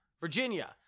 Virginia